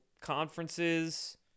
conferences